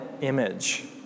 image